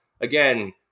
again